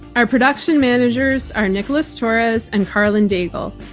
our production managers are nicholas torres and karlyn daigle.